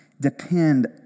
depend